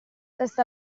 testa